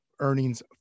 Earnings